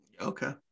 Okay